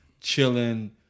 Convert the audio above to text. chilling